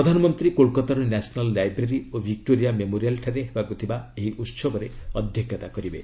ପ୍ରଧାନମନ୍ତ୍ରୀ କୋଲ୍କାତାର national library ଓ ଭିକ୍କୋରିଆ ମେମୋରିଆଲ୍ଠାରେ ହେବାକ୍ ଥିବା ଏହି ଉତ୍ଧବରେ ଅଧ୍ୟକ୍ଷତା କରିବେ